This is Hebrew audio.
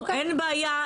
אין בעיה.